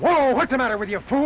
well what's the matter with your food